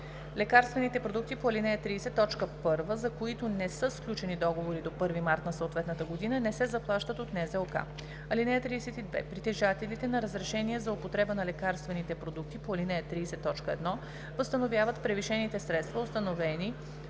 Лекарствените продукти по ал. 30, т. 1, за които не са сключени договори до 1 март на съответната година, не се заплащат от НЗОК. (32) Притежателите на разрешения за употреба на лекарствените продукти по ал. 30, т. 1 възстановяват превишените средства, установени